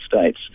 States